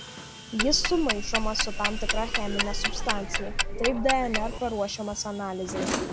jis sumaišomas su tam tikra chemine substancija taip dnr paruošiamas analizei